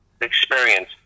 experience